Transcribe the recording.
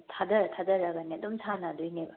ꯊꯥꯗꯔ ꯊꯥꯗꯔꯒꯅꯦ ꯑꯗꯨꯝ ꯁꯥꯟꯅꯒꯗꯣꯏꯅꯦꯕ